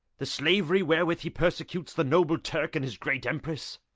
the slavery wherewith he persecutes the noble turk and his great emperess?